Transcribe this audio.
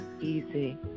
easy